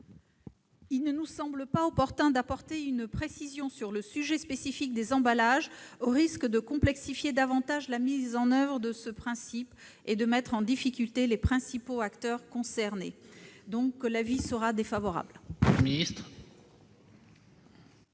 Il ne nous semble pas opportun d'apporter une précision sur le sujet spécifique des emballages : on risquerait de complexifier davantage la mise en oeuvre de ce principe et de mettre en difficulté les principaux acteurs concernés. Aussi, la